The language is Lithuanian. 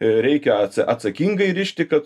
e reikia atsakingai rišti kad